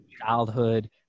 childhood